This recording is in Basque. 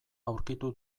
aurkitu